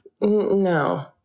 no